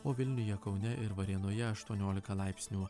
o vilniuje kaune ir varėnoje aštuoniolika laipsnių